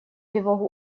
тревогу